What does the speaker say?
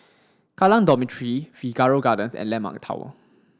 Kallang Dormitory Figaro Gardens and Landmark Tower